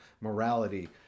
morality